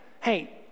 Hey